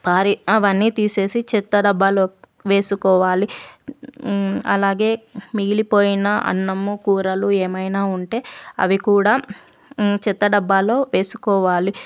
పారేయ్ అవన్నీ తీసేసి చెత్తడబ్బాలో వేసుకోవాలి అలాగే మిగిలిపోయిన అన్నము కూరలు ఏమైనా ఉంటే అవి కూడా చెత్తడబ్బాలో వేసుకోవాలి